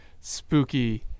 spooky